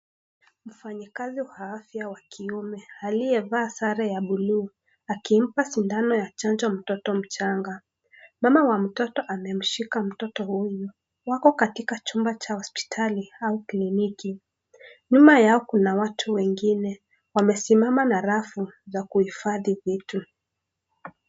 Mfanyakazi wa afya wa kiume aliyevaa sare ya bluu, akimpa sindano ya chanjo mtoto mchanga. Mama wa mtoto amemshika mtoto huyu. Wako katika chumba cha hospitali au kliniki. Nyuma yao kuna watu wengine wamesimama na rafu za kuhifadhi vitu.